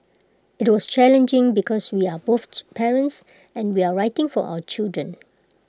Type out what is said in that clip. IT was challenging because we are both parents and we're writing for our children